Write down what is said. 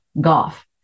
Golf